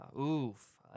Oof